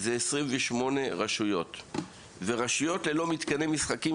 28 רשויות; ורשויות ללא מתקני משחקים,